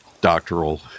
doctoral